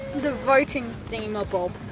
the voting thingamabob.